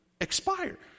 expire